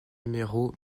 numéro